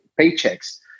paychecks